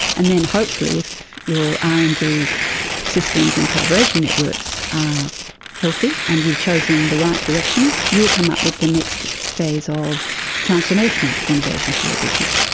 and then hopefully, if your r and d systems and collaboration networks are healthy and you've chosen the right directions, you'll come up with the next phase of transformational innovation for your business.